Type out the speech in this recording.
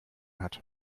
hat